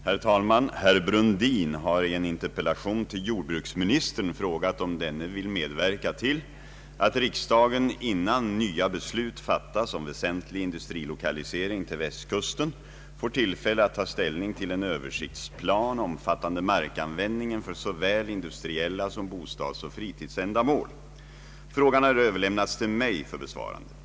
Herr talman! Herr Brundin har i en interpellation till jordbruksministern frågat om denne vill medverka till att riksdagen, innan nya beslut fattas om väsentlig industrilokalisering till Västkusten, får tillfälle att ta ställning till en översiktsplan omfattande markanvändningen för såväl industriella som bostadsoch fritidsändamål. Frågan har överlämnats till mig för besvarande.